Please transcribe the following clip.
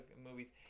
movies